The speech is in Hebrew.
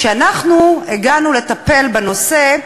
כשאנחנו הגענו לטפל בנושא,